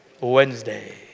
Wednesday